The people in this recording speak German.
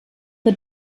the